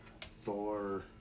Thor